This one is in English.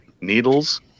needles